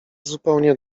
zupełnie